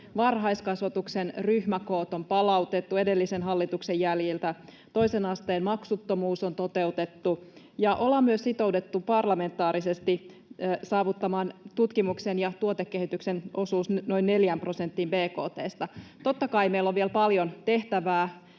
varhaiskasvatuksen ryhmäkoot on palautettu edellisen hallituksen jäljiltä, toisen asteen maksuttomuus on toteutettu ja on myös sitouduttu parlamentaarisesti saavuttamaan tutkimuksen ja tuotekehityksen osuus noin neljään prosenttiin bkt:sta. Totta kai meillä on vielä paljon tehtävää,